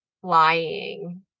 flying